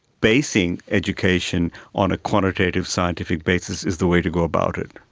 basing education on a quantitative scientific basis is the way to go about it.